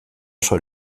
oso